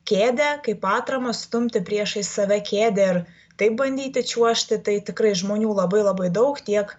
kėdę kaip atramą stumti priešais save kėdę ir taip bandyti čiuožti tai tikrai žmonių labai labai daug tiek